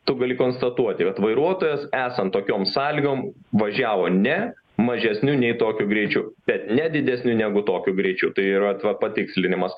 tu gali konstatuoti kad vairuotojas esant tokiom sąlygom važiavo ne mažesniu nei tokiu greičiu bet ne didesniu negu tokiu greičiu tai yra vat patikslinimas